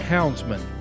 Houndsman